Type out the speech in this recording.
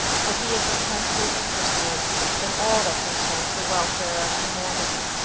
for he is intensely interested in all that concerns the welfare of humanity.